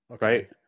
right